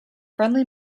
friendly